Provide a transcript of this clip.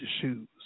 shoes